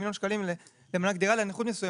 יותקנו לאחר התייעצות עם שר האוצר".